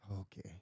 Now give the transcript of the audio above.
Okay